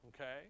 okay